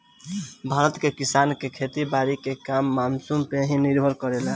भारत के किसान के खेती बारी के काम मानसून पे ही निर्भर करेला